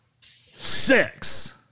six